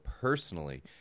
personally